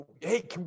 hey